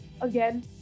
again